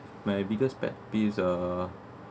my biggest pet peeves are